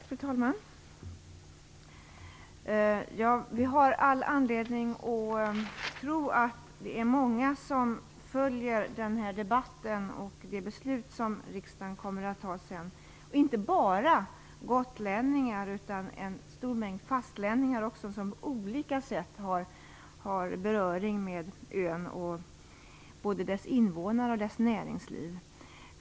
Fru talman! Vi har all anledning att tro att det är många som följer den här debatten och det beslut som riksdagen kommer att fatta. Det är nog inte bara gotlänningar utan också en stor mängd fastlänningar, som på olika sätt har beröring med ön och både dess invånare och dess näringsliv.